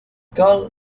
call